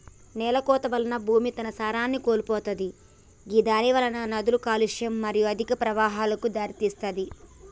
నేలకోత వల్ల భూమి తన సారాన్ని కోల్పోతది గిదానివలన నదుల కాలుష్యం మరియు అధిక ప్రవాహాలకు దారితీస్తది